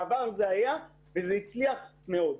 בעבר זה היה, וזה הצליח מאוד.